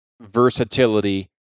versatility